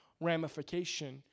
ramification